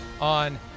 on